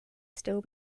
still